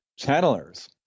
channelers